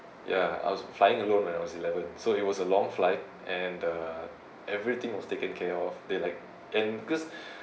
ya I was flying alone when I was eleven so it was a long flight and uh everything was taken care of they like and because